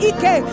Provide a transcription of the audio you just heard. Ike